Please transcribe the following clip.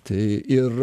tai ir